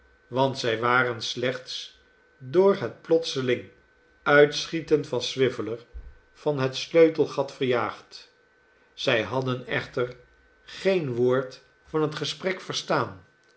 want zij waren slechts door het plotseling uitschieten van swiveller van het sleutelgat verjaagd zij hadden echter geen woord van het gesprek verstaan